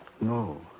No